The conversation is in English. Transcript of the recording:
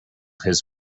his